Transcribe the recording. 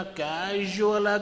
casual